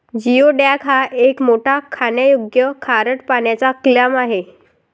geoduck हा एक मोठा खाण्यायोग्य खारट पाण्याचा क्लॅम आहे